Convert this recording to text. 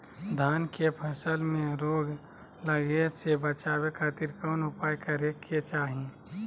धान के फसल में रोग लगे से बचावे खातिर कौन उपाय करे के चाही?